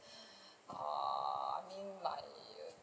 ah I mean like err